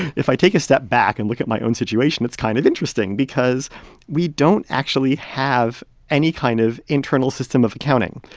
if i take a step back and look at my own situation, it's kind of interesting because we don't actually have any kind of internal system of accounting.